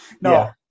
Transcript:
No